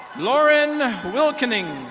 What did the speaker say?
lauren wilckening.